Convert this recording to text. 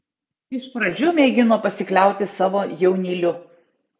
iš pradžių mėgino pasikliauti savo jaunyliu